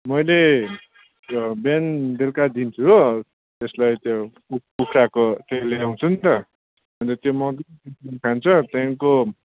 मैले बिहान बेलुका दिन्छु हो त्यसलाई त्यो कुखुराको मासु मासु ल्याउँछु नि त अन्त त्यो मजाले खान्छ त्यहाँदेखिको